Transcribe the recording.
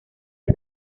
del